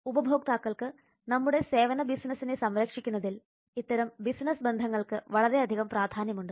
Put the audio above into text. ഉപഭോക്താക്കൾക്ക് നമ്മുടെ സേവന ബിസിനസിനെ സംരക്ഷിക്കുന്നതിൽ ഇത്തരം ബിസിനസ് ബന്ധങ്ങൾക്ക് വളരെയധികം പ്രാധാന്യമുണ്ട്